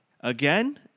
Again